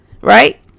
Right